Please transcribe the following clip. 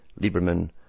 Lieberman